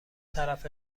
طرف